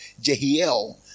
Jehiel